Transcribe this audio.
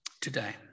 today